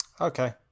Okay